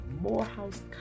Morehouse